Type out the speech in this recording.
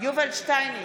יובל שטייניץ,